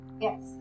Yes